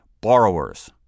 borrowers